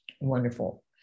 Wonderful